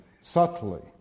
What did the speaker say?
subtly